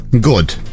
Good